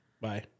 Bye